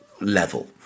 level